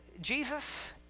Jesus